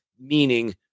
meaning